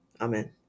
Amen